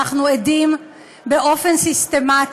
אנחנו רואים שהאנשים האלה מבורכים פה,